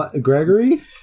Gregory